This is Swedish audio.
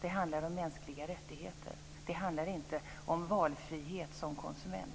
Det handlar om mänskliga rättigheter. Det handlar inte om valfrihet som konsument.